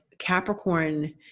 capricorn